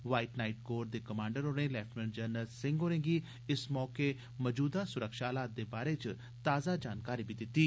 white Knight Corps दे commander होरें lieutenant general Singh होरें' गी इस मौके मौजूदा सुरक्षा हालात बारै ताजा जानकारी बी दित्ती